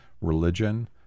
religion